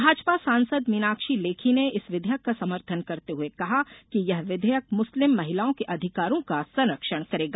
भाजपा सांसद मीनाक्षी लेखी ने इस विधेयक का समर्थन करते हुए कहा कि ये विधेयक मुस्लिम महिलाओं के अधिकारों का संरक्षण करेगा